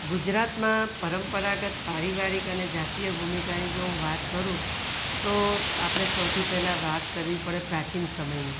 ગુજરાતમાં પરંપરાગત પારિવારિક અને જાતીય ભૂમિકાની જો હું વાત કરું તો આપણે સૌથી પહેલાં વાત કરવી પડે પ્રાચીન સમયની